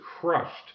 crushed